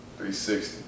360